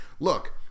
Look